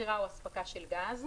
מכירה או הספקה של גז.